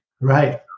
Right